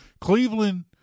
Cleveland